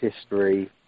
history